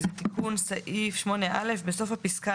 תיקון סעיף 8א: "בסוף הפסקה,